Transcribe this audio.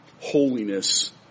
holiness